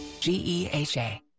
GEHA